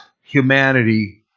humanity